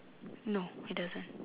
no it doesn't